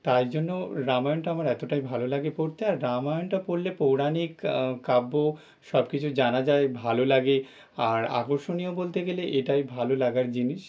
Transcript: তাই জন্য রামায়ণটা আমার এতোটাই ভালো লাগে পড়তে আর রামায়ণটা পড়লে পৌরাণিক কাব্য সব কিছু জানা যায় ভালো লাগে আর আকর্ষণীয় বলতে গেলে এটাই ভালো লাগার জিনিস